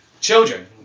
children